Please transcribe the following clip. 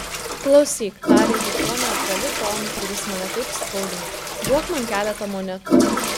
klausyk tarė ji tuo neutraliu tonu kuris mane taip skaudino duok man keletą monetų